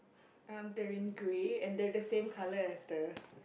err they're in grey and they're in the same colour as the